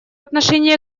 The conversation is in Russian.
отношении